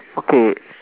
okay